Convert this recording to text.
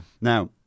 Now